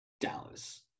Dallas